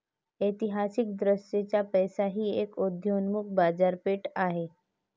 ऐतिहासिकदृष्ट्या पैसा ही एक उदयोन्मुख बाजारपेठ आहे